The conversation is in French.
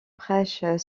prêches